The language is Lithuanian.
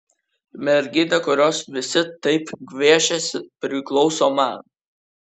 mergytė kurios visi taip gviešiasi priklauso man